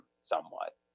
somewhat